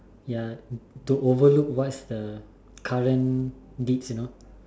ya to overlook what's the current deeds you know